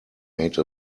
made